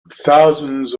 thousands